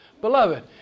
Beloved